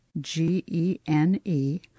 Gene